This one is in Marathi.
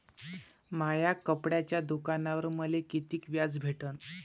माया कपड्याच्या दुकानावर मले कितीक व्याज भेटन?